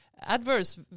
adverse